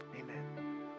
amen